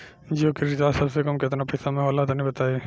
जियो के रिचार्ज सबसे कम केतना पईसा म होला तनि बताई?